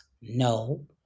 no